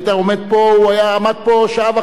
הוא עמד פה שעה וחצי לענות.